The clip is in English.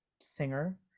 singer